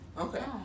Okay